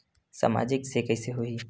सामाजिक से कइसे होही?